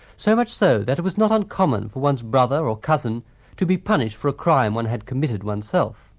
so much so that it was not uncommon for one's brother or cousin to be punished for a crime one had committed oneself.